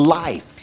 life